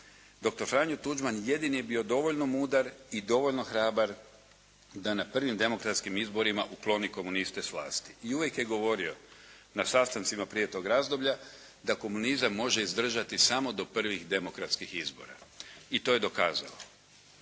Franjo Tuđman jedini je bio dovoljno mudar i dovoljno hrabar da na prvim demokratskim izborima ukloni komuniste s vlasti i uvijek je govorio na sastancima prije tog razdoblja, da komunizam može izdržati samo do prvih demokratskih izbora i to je dokazao.